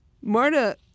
Marta